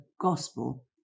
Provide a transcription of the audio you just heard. gospel